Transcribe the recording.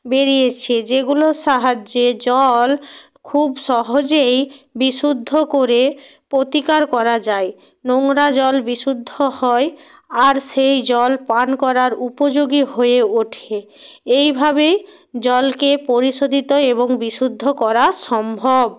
বেড়িয়েছে যেগুলোর সাহায্যে জল খুব সহজেই বিশুদ্ধ করে প্রতিকার করা যায় নোংরা জল বিশুদ্ধ হয় আর সেই জল পান করার উপযোগী হয়ে ওঠে এইভাবেই জলকে পরিশোধিত এবং বিশুদ্ধ করা সম্ভব